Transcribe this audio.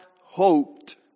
hoped